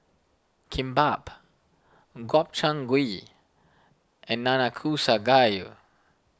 Kimbap Gobchang Gui and Nanakusa Gayu